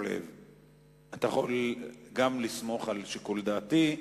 אתה יכול גם לסמוך על שיקול דעתי.